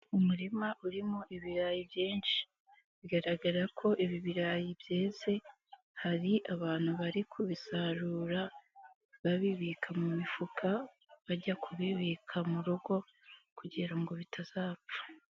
Umurima urimo ibirayi byinshi, bigaragara ko ibi birarayi byeze, hari abantu bari kubisarura babibika mu mifuka bajya kubibika mu rugo kugira ngo bitazapfa.